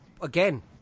again